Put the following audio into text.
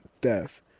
death